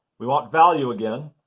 we want value again.